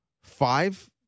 five